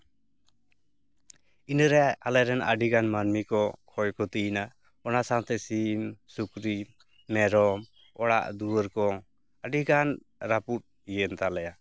ᱤᱱᱟᱹᱨᱮ ᱟᱞᱮᱨᱮᱱ ᱟᱰᱹᱤᱜᱟᱱ ᱢᱟᱹᱱᱢᱤ ᱠᱚ ᱠᱷᱚᱭᱼᱠᱷᱩᱛᱤᱭᱱᱟ ᱚᱱᱟ ᱥᱟᱶᱛᱮ ᱥᱤᱢ ᱥᱩᱠᱨᱤ ᱢᱮᱨᱚᱢ ᱚᱲᱟᱜ ᱫᱩᱣᱟᱹᱨ ᱠᱚ ᱟᱹᱰᱤᱜᱟᱱ ᱨᱟᱹᱯᱩᱫ ᱤᱭᱟᱹᱭᱮᱱ ᱛᱟᱞᱮᱭᱟ